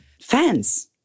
fans